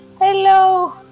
hello